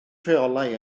rheolau